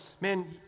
man